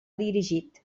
dirigit